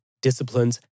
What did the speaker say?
disciplines